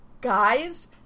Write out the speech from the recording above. guys